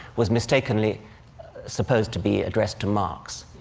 was mistakenly supposed to be addressed to marx,